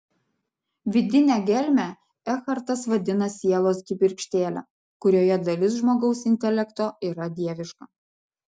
vidinę gelmę ekhartas vadina sielos kibirkštėle kurioje dalis žmogaus intelekto yra dieviška